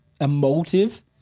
emotive